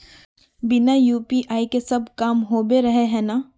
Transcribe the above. बिना यु.पी.आई के सब काम होबे रहे है ना?